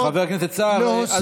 חבר הכנסת סער,